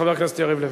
חבר הכנסת יריב לוין.